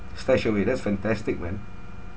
stashaway that's fantastic man